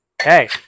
Okay